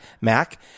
Mac